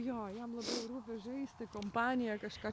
jo jam labai rūpi žaisti kompanija kažko